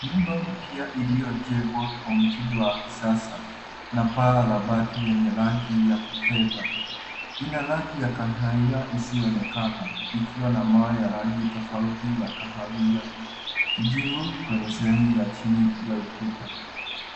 Nyumba mpya iliyojengwa kwa mtindo wa kisasa na paa la bati yenye rangi ya fedha. Ina rangi ya kahawia isiyoonekana ikiwa na mawe ya rangi tofauti ya kahawia kijivu kwenye sehemu ya chini ya ukuta.